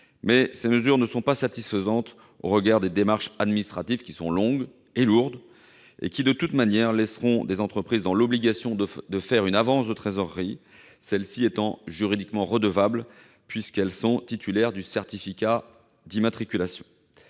Mais ces mesures ne sont pas satisfaisantes au regard des démarches administratives, longues et lourdes, qui, de toute manière, laisseront les entreprises dans l'obligation de faire une avance de trésorerie, celles-ci étant juridiquement redevables puisqu'elles sont titulaires du certificat d'immatriculation.